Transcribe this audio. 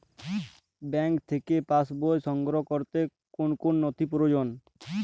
Bank থেকে পাস বই সংগ্রহ করতে কোন কোন নথি প্রয়োজন?